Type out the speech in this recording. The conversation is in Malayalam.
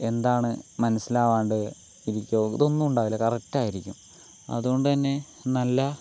എന്താണ് മനസ്സിലാവാണ്ട് ഇരിക്കുകയോ ഇതൊന്നും ഉണ്ടാവില്ല കറക്റ്റായിരിക്കും അതുകൊണ്ട് തന്നെ നല്ല